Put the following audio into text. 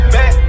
Back